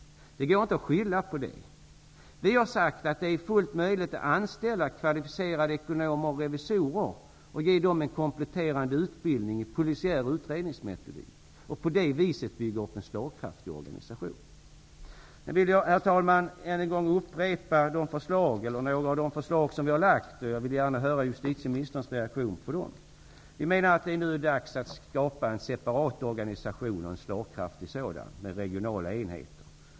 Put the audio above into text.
Det går inte att skylla på det. Vi har sagt att det är fullt möjligt att anställa kvalificerade ekonomer och revisorer och ge dem en kompletterande utbildning i polisiär utredningsmetodik. På det viset kan vi bygga upp en slagkraftig organisation. Herr talman! Jag vill än en gång upprepa några av de förslag som vi socialdemokrater har lagt fram. Jag vill gärna höra justitieministerns reaktion på dem. Vi menar att det nu är dags att skapa en slagkraftig separatorganisation med regional enheter.